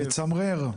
מצמרר.